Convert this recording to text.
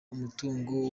umutungo